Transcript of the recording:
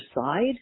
side